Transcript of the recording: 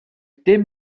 dim